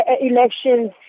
elections